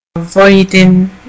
Avoiding